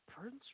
Prince